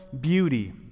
beauty